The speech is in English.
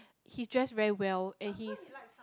he's dressed very well and he